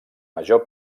major